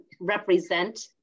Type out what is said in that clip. represent